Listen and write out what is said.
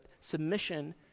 submission